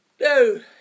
No